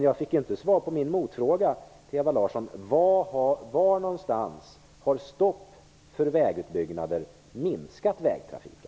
Jag fick inget svar på min motfråga till Ewa Larsson: Var någonstans har stopp för vägutbyggnader minskat vägtrafiken?